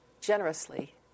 generously